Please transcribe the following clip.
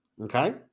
Okay